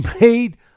made